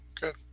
Good